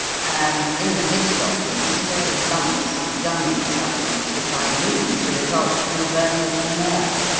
and in the midst of them small lumps of gummy substance, which i knew to result from the burning of myrrh.